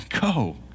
go